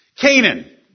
Canaan